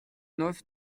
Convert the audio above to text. neuf